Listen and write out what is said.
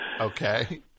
Okay